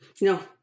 No